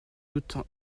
doute